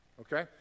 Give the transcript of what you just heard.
Okay